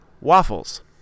waffles